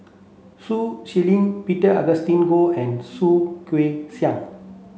Sun Xueling Peter Augustine Goh and Soh Kay Siang